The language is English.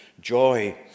joy